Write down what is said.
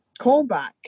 callback